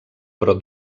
però